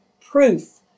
proof